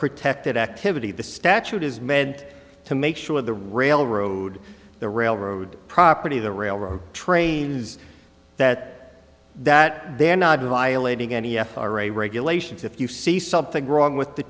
protected activity the statute is meant to make sure the railroad the railroad property the railroad trains that that they're not violating any f r a regulations if you see something wrong with the